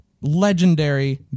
legendary